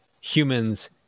humans